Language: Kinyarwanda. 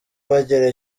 bagira